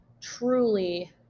truly